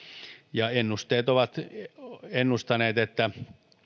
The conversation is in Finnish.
ja ennusteet ovat ennustaneet että